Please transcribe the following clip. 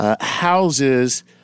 Houses